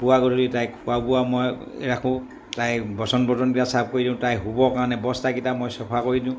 পুৱা গধূলি তাইক খোৱা বোৱা মই ৰাখোঁ তাই বচন বৰ্তনকেইটা চাফা কৰি দিওঁ তাই শুবৰ কাৰণে বস্তাকেইটা মই চাফা কৰি দিওঁ